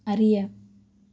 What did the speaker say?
அறிய